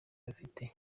bafite